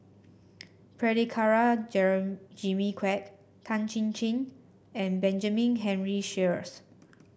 Prabhakara Jimmy Quek Tan Chin Chin and Benjamin Henry Sheares